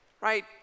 Right